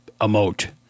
emote